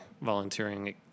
volunteering